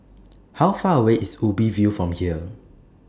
How Far away IS Ubi View from here